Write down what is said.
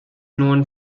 known